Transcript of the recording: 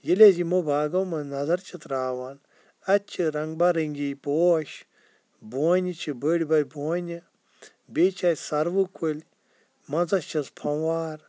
ییٚلہِ أسۍ یِمو باغو منٛز نظر چھِ ترٛاوان اَتہِ چھِ رنٛگ برنٛگی پوش بونہِ چھِ بٔڑۍ بٔڑۍ بونہِ بیٚیہِ چھِ اَتہِ سَروٕ کُلۍ منٛزَس چھِس فنٛوار